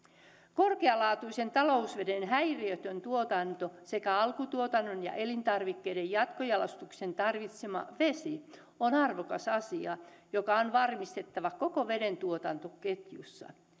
korkealaatuisen talousveden häiriötön tuotanto sekä alkutuotannon ja elintarvikkeiden jatkojalostuksen tarvitsema vesi on arvokas asia joka on varmistettava koko vedentuotantoketjussa